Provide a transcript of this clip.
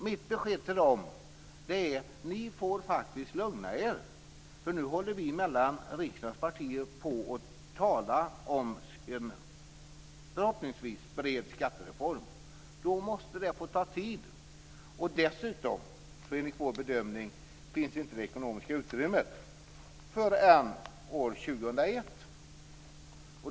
Mitt besked till dem är: Ni får faktiskt lugna er, för nu håller vi riksdagspartier på att tala om en förhoppningsvis bred skattereform. Det måste få ta tid. Dessutom finns inte, enligt vår bedömning, det ekonomiska utrymmet förrän år 2001.